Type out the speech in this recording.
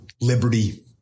liberty